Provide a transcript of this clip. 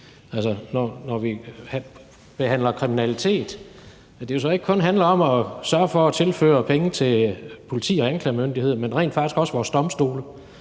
kun, når vi behandler kriminalitet, handler om at sørge for at tilføre penge til politiet og anklagemyndigheden, men rent faktisk også vores domstole,